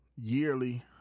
yearly